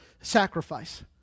sacrifice